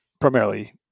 primarily